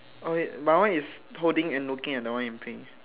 oh wait my one is holding and looking at the one in pink